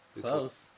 Close